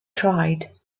tried